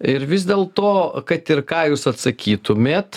ir vis dėlto kad ir ką jūs atsakytumėt